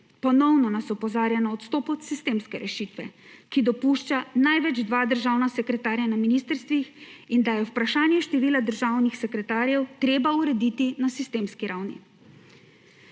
ponovno opozarja na odstop od sistemske rešitve, ki dopušča največ dva državna sekretarja na ministrstvih, in da je vprašanje števila državnih sekretarjev treba urediti na sistemski ravni.